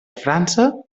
frança